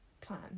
plan